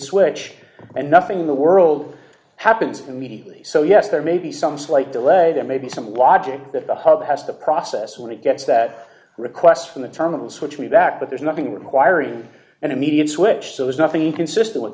switch and nothing in the world happens immediately so yes there may be some slight delay there may be some logic that the harp has the process when it gets that request from the terminal switch me back but there's nothing requiring an immediate switch so there's nothing inconsistent with